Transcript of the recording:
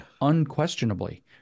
Unquestionably